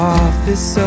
office